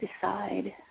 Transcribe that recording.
decide